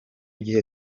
gihe